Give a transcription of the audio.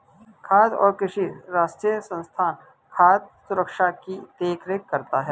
खाद्य और कृषि राष्ट्रीय संस्थान खाद्य सुरक्षा की देख रेख करता है